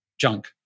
junk